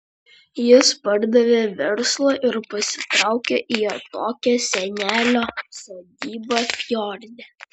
jis pardavė verslą ir pasitraukė į atokią senelio sodybą fjorde